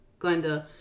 Glenda